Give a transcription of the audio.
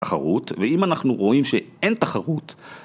תחרות, ואם אנחנו רואים שאין תחרות